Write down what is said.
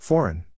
Foreign